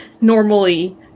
normally